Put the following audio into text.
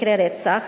מקרי רצח,